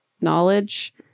knowledge